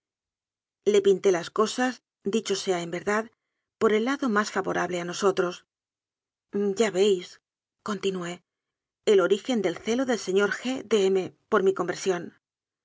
le pinté las cosas dicho sea en verdad por el lado más fa vorable a nosotros ya veiscontinuéel origen del celo del señor g de m por mi